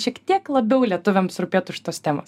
šiek tiek labiau lietuviams rūpėtų šitos temos